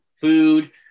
food